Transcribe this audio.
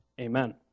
Amen